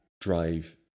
drive